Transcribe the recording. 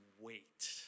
wait